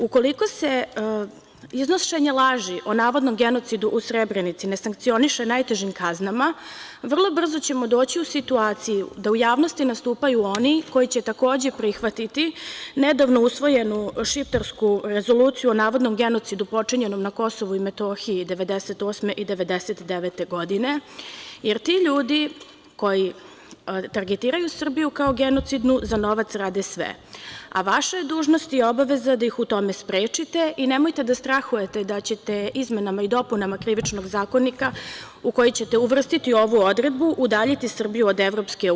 Ukoliko se iznošenje laži o navodnom genocidu u Srebrenici ne sankcioniše najtežim kaznama vrlo brzo ćemo doći u situaciju da u javnosti nastupaju oni koji će takođe prihvatiti nedavno usvojenu šiptarsku Rezoluciju o navodnom genocidu počinjenom na KiM 1998. i 1999. godine, jer ti ljudi koji targetiraju Srbiju kao genocidnu za novac rade sve, a vaša je dužnost i obaveza da ih u tome sprečite i nemojte da strahujete da ćete izmenama i dopunama Krivičnog zakonika u koji ćete uvrstiti ovu odredbu udaljiti Srbiju od EU.